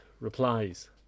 replies